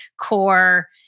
core